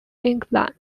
england